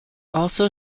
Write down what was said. also